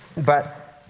but